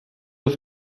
have